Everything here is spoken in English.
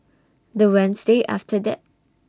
The Wednesday after that